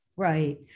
Right